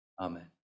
amen